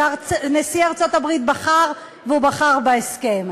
ונשיא ארצות-הברית בחר, והוא בחר בהסכם.